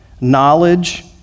knowledge